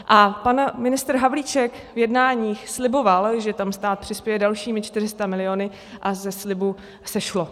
A pan ministr Havlíček v jednáních sliboval, že tam stát přispěje dalšími 400 miliony, a ze slibu sešlo.